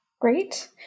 Great